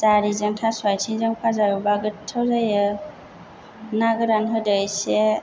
दालिजों थास' आथिंजों फाजा एवबा गोथाव जायो ना गोरान होदो एसे